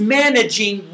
managing